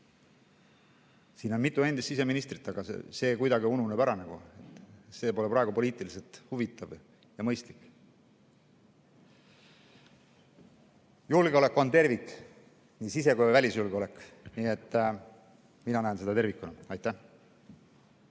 Siin on mitu endist siseministrit, aga see kuidagi nagu ununeb ära, see pole praegu poliitiliselt huvitav ega mõistlik. Julgeolek on tervik, nii sise‑ kui ka välisjulgeolek. Mina näen seda tervikuna. No